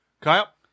Kyle